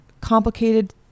complicated